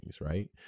right